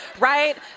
Right